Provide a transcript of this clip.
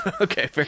Okay